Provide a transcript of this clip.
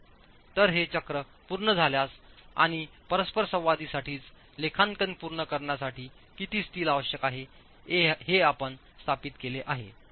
तर हे चक्र पूर्ण झाल्यास आणि परस्परसंवादासाठीच लेखांकन पूर्ण करण्यासाठी किती स्टील आवश्यक आहे हे आपण स्थापित केले आहे